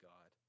God